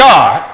God